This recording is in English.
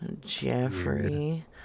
Jeffrey